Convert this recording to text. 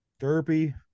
derpy